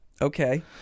Okay